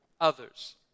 others